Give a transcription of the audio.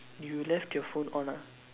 you left your phone on ah